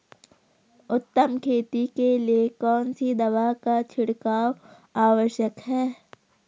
उत्तम खेती के लिए कौन सी दवा का छिड़काव आवश्यक है?